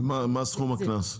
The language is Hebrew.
ומה סכום הקנס?